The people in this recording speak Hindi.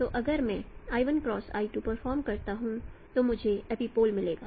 तो अगर मैं l 1 X l 2 परफॉर्म करता हूं तो मुझे एपिपोल मिलेगा